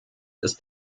ist